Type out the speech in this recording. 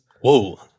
Whoa